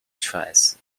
twice